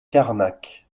carnac